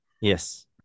Yes